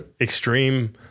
extreme